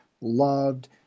loved